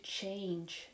change